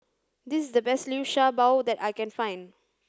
this is the best Liu Sha Bao that I can find